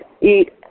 eat